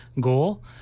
goal